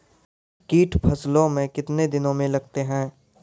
कीट फसलों मे कितने दिनों मे लगते हैं?